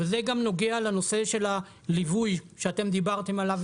וזה גם נוגע לנושא של הליווי שאתם דיברתם עליו,